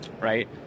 right